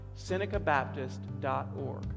senecabaptist.org